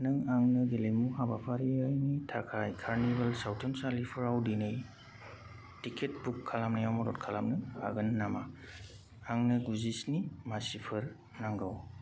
नों आंनो गेलेमु हाबाफारिनि थाखाय कार्निभाल सावथुनसालिफोराव दिनै टिकेट बुक खालामनायाव मदद खालामनो हागोन नामा आंनो गुजिस्नि मासिफोर नांगौ